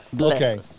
Okay